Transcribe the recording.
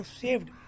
saved